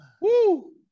Woo